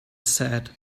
said